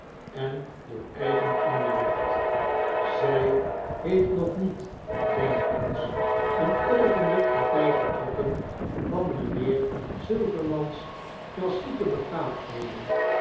en door eigen onderricht zy heeft nog niet denk eens een oogenblik party getrokken van mijnheer silverman's klassieke begaafdheden